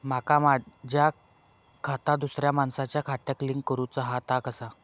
माका माझा खाता दुसऱ्या मानसाच्या खात्याक लिंक करूचा हा ता कसा?